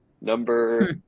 number